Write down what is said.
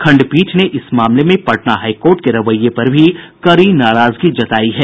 खंडपीठ ने इस मामले में पटना हाई कोर्ट के रवैये पर भी कड़ी नाराजगी जतायी है